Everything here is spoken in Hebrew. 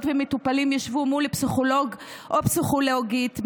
ומטופלים ישבו מול פסיכולוג או פסיכולוגית,